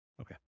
Okay